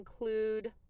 include